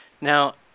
Now